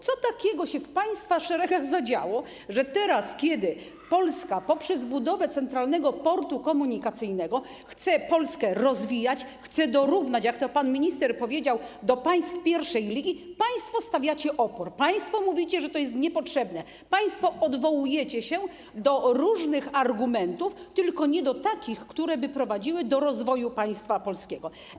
Co takiego zadziało się w państwa szeregach, że teraz, kiedy Polska poprzez budowę Centralnego Portu Komunikacyjnego chce się rozwijać, dorównać, jak to pan minister powiedział, do państw pierwszej ligi, państwo stawiacie opór, państwo mówicie, że to jest niepotrzebne, państwo odwołujecie się do różnych argumentów, tylko nie do takich, które by prowadziły do rozwoju państwa polskiego.